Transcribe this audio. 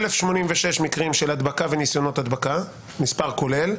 1,086 מקרים של הדבקה וניסיונות הדבקה, מספר כולל,